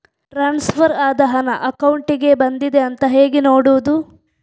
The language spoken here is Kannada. ಟ್ರಾನ್ಸ್ಫರ್ ಆದ ಹಣ ಅಕೌಂಟಿಗೆ ಬಂದಿದೆ ಅಂತ ಹೇಗೆ ನೋಡುವುದು?